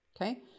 okay